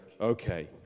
okay